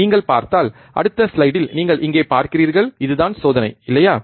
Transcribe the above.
நீங்கள் பார்த்தால் அடுத்த ஸ்லைடில் நீங்கள் இங்கே பார்க்கிறீர்கள் இது தான் சோதனை இல்லையா